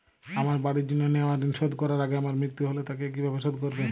আমার বাড়ির জন্য নেওয়া ঋণ শোধ করার আগে আমার মৃত্যু হলে তা কে কিভাবে শোধ করবে?